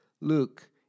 Luke